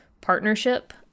partnership